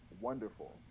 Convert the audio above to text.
wonderful